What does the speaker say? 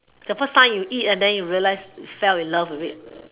the first you eat then you realised you fell in love with it